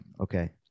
okay